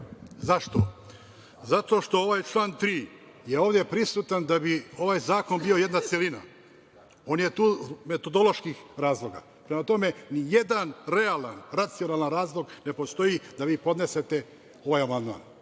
Zašto? Zato što ovaj član 3. je ovde prisutan da bi ovaj zakon bio jedna celina. On je tu zbog metodoloških razloga. Prema tome, ni jedan realan, racionalan razlog ne postoji da vi podnesete ovaj amandman.